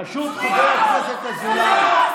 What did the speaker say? חבר הכנסת קריב,